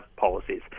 policies